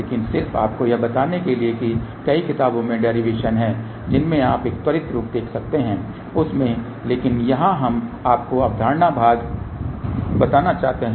लेकिन सिर्फ आपको यह बताने के लिए कि कई किताबो में डेरिवेशन हैं जिनमें आप एक त्वरित रूप देख सकते हैं उस में लेकिन यहाँ हम आपको अवधारणा भाग बताना चाहते हैं